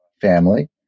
family